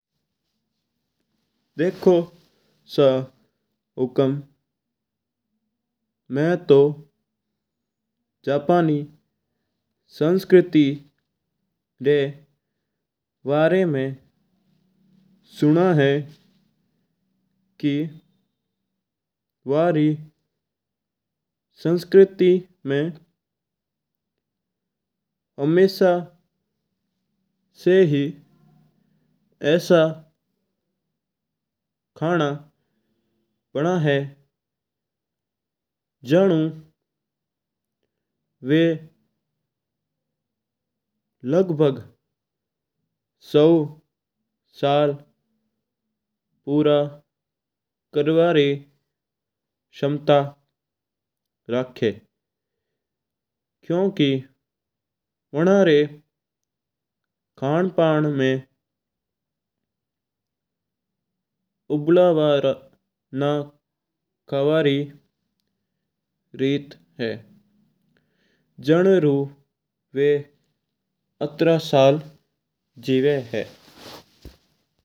देखो सा हुकम मै तू जापानी संस्कृति री वारा मै सुन्यो है। की वा री संस्कृति मै हमेशा सां ही ऐसा खाना बना है जण व लगभग सौ साल पूरा रेवन री सम्ता रखा। क्युकी वाना री खण पनमै उबल्योदो खाणो खावणा री रीत है जणरू वा आता साळ जीवै है।